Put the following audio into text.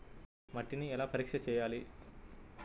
మట్టిని ఎలా పరీక్ష చేయాలి?